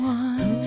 one